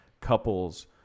couples